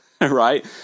right